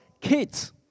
kids